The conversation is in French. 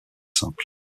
simple